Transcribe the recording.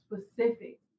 specific